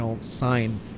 sign